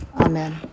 Amen